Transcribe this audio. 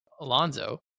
Alonzo